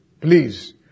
Please